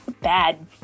bad